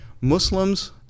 Muslims